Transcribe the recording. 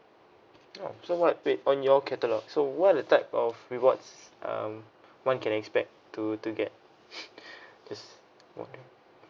oh so what wait on your catalogue so what are the type of rewards um one can expect to to get this okay